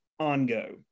Ongo